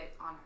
on